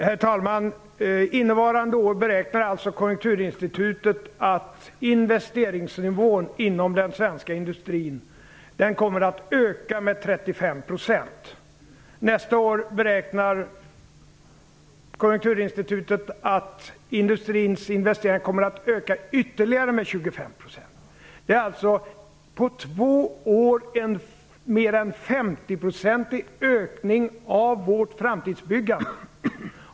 Herr talman! För innevarande år beräknar Konjunkturinstitutet att investeringsnivån inom den svenska industrin kommer att höjas med 35 %. För nästa år beräknar Konjunkturinstitutet att industrins investeringar kommer att öka med ytterligare 25 %. Det innebär på två år en mer än 50-procentig ökning av vårt framtidsbyggande.